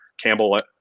Campbell